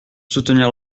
soutenir